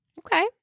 Okay